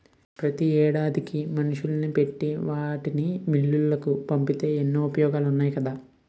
పత్తి ఏరడానికి మనుషుల్ని పెట్టి వాటిని మిల్లులకు పంపితే ఎన్నో ఉపయోగాలున్నాయి కదా